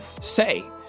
say